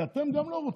כי גם אתם לא רוצים,